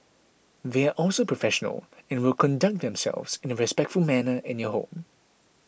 they are also professional and will conduct themselves in a respectful manner in your home